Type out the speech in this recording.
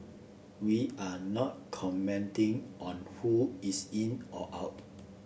we are not commenting on who is in or out